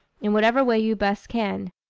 in whatever way you best can.